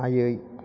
आयै